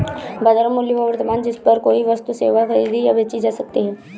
बाजार मूल्य वह वर्तमान जिस पर कोई वस्तु सेवा खरीदी या बेची जा सकती है